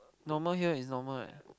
normal here is normal right